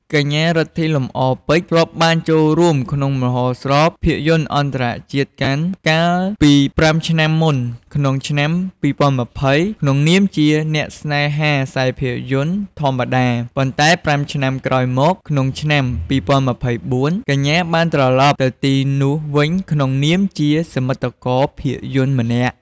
កញ្ញា រិទ្ធី លំអរពេជ្រ ធ្លាប់បានចូលរួមក្នុងមហោស្រពភាពយន្តអន្តរជាតិកាន កាលពី ៥ ឆ្នាំមុន ក្នុងឆ្នាំ ២០២០ ក្នុងនាមជាអ្នកស្នេហាខ្សែភាពយន្តធម្មតា ប៉ុន្តែ ៥ ឆ្នាំក្រោយមក ក្នុងឆ្នាំ ២០២៤ កញ្ញាបានត្រលប់ទៅទីនោះវិញក្នុងនាមជាសមិទ្ធករភាពយន្តម្នាក់។